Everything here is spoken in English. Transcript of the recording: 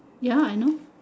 ya I know